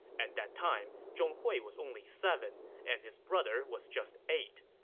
at that time, zhong hui was only seven, and his brother was just eight.